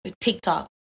TikTok